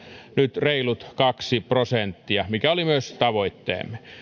nyt reilut kaksi prosenttia mikä oli myös tavoitteemme